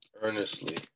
earnestly